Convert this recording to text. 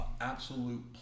absolute